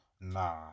Nah